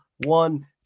one